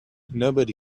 nobody